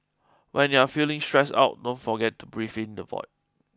when you are feeling stressed out don't forget to breathe into the void